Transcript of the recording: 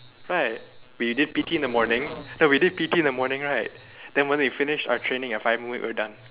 right we did P_T in the morning ya we did P_T in the morning right then when we finished and fire movement we're done